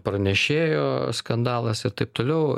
pranešėjo skandalas ir taip toliau